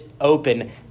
open